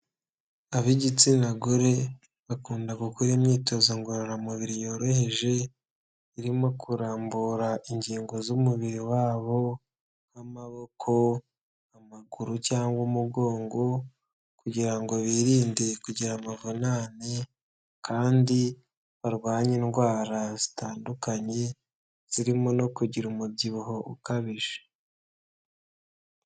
Ab'igitsina gore bakunda gukora imyitozo ngororamubiri yoroheje; irimo kurambura ingingo z'umubiri wa bo nk'amaboko, amaguru cyangwa umugongo. Kugira ngo birinde kugira amavunane kandi barwanye indwara zitandukanye zirimo no kugira umubyibuho ukabije.